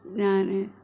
ഞാൻ